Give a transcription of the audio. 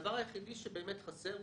הדבר היחיד שחסר,